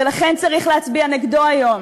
ולכן צריך להצביע נגדו היום,